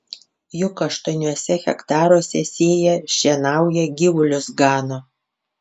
juk aštuoniuose hektaruose sėja šienauja gyvulius gano